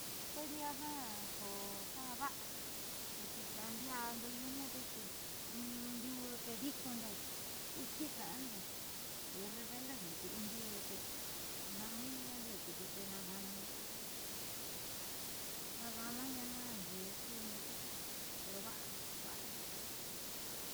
Pues ndiaa jaku jaava'a porque ndia'ando io muduxi in ndiuu te diikondo viichi ka'ando io rebeldendo tee in diuu tee na'amen yaandioó tiuku naada'aña'a tiuku naada'amana naa ayiivi kundo ko va'a jaku va'ando tiuku.